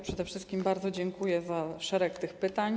Przede wszystkim bardzo dziękuję za szereg pytań.